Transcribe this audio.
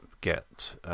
get